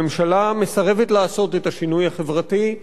הממשלה מסרבת לעשות את השינוי החברתי,